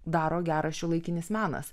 daro geras šiuolaikinis menas